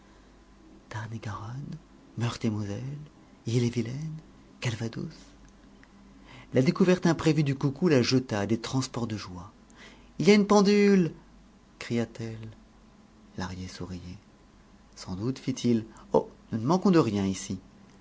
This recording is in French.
tarn et garonne meurthe et moselle ille et vilaine calvados la découverte imprévue du coucou la jeta à des transports de joie il y a une pendule cria-t-elle lahrier souriait sans doute fit-il oh nous ne manquons de rien ici